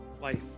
life